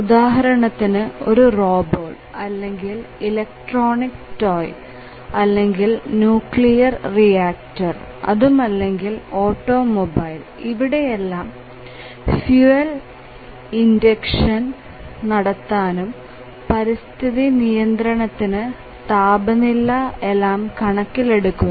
ഉദാഹരണത്തിന് ഒരു റോബോട്ട് അല്ലെങ്കിൽ ഇലക്ട്രോണിക് ടോയ്സ് അല്ലെങ്കിൽ ന്യൂക്ലിയർ റിയാക്ടർ അതുമല്ലെങ്കിൽ ഓട്ടോമൊബൈൽ ഇവിടെ എല്ലാം ഫ്യൂൽ ഇൻഡക്ഷൻ നടത്താനും പരിസ്ഥിതി നിയന്ത്രണത്തിന് താപനില എല്ലാം കണക്കിലെടുക്കുന്നു